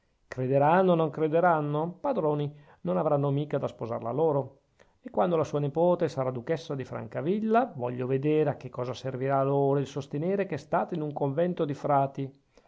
crederanno non crederanno padroni non avranno mica da sposarla loro e quando la sua nepote sarà duchessa di francavilla voglio vedere a che cosa servirà loro il sostenere che è stata in un convento di frati